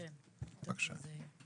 בבקשה.